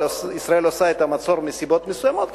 אבל ישראל עושה את המצור מסיבות מסוימות.